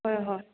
ꯍꯣꯏ ꯍꯣꯏ